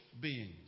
beings